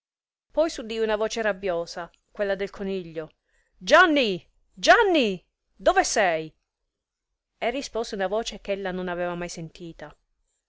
poi s'udì una voce rabbiosa quella del coniglio gianni gianni dove sei e rispose una voce ch'ella non avea mai sentita